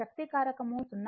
శక్తి కారకం 0